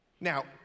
Now